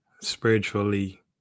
spiritually